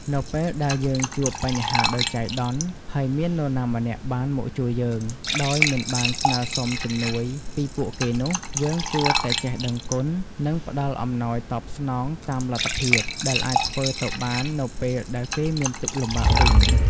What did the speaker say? នៅពេលដែលយើងជួបបញ្ហាដោយចៃដន្យ ហើយមាននរណាម្នាក់បានមកជួយយើងដោយមិនបានស្នើសុំជំនួយពីពួកគេនោះ យើងគួរតែចេះដឹងគុណ និងផ្ដល់អំណោយតបស្នងតាមលទ្ធភាពដែលអាចធ្វើទៅបាននៅពេលដែលគេមានទុក្ខលំបាកវិញ។